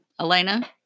Elena